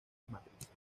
matrices